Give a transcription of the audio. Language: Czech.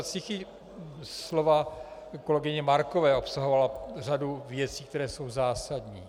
I slova kolegyně Markové obsahovala řadu věcí, které jsou zásadní.